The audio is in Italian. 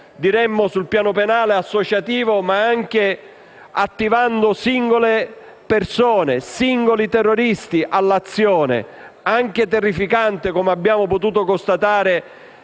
diremmo, sul piano penale, associativo, ma anche attivando singole persone, singoli terroristi all'azione anche terrificante, come abbiamo potuto constatare